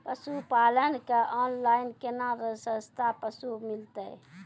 पशुपालक कऽ ऑनलाइन केना सस्ता पसु मिलतै?